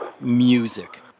music